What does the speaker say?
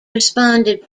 responded